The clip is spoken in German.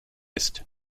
ist